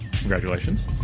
Congratulations